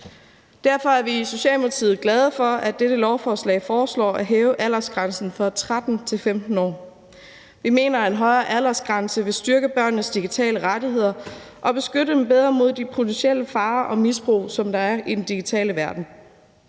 Derfor er vi i Socialdemokratiet glade for, at det med dette lovforslag foreslås at hæve aldersgrænsen fra 13 til 15 år. Vi mener, at en højere aldersgrænse vil styrke børnenes digitale rettigheder og beskytte dem bedre mod de potentielle farer og misbrug, der er i den digitale verden.